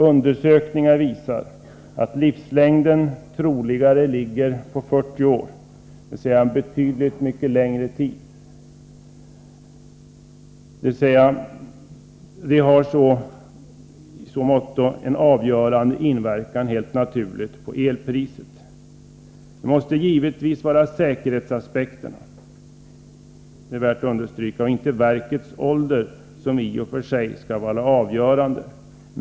Undersökningar visar att livslängden troligen är 40 år, dvs. en betydligt längre tid. Det har helt naturligt en avgörande inverkan på elpriset. Det måste givetvis vara säkerhetsaspekterna — det är värt att understryka — och inte verkets ålder som i och för sig skall vara avgörande.